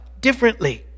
differently